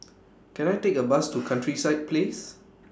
Can I Take A Bus to Countryside Place